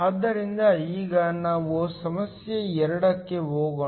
ದ್ದರಿಂದ ಈಗ ನಾವು ಸಮಸ್ಯೆ 2 ಕ್ಕೆ ಹೋಗೋಣ